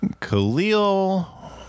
Khalil